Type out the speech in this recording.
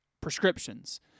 prescriptions